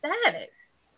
status